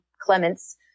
Clements